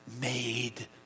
made